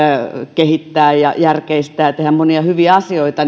kehittää ja järkeistää ja ja tehdä monia hyvä asioita